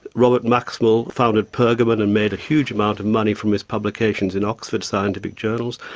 robert maxwell founded pergamon and made a huge amount of money from his publications in oxford, scientific journals.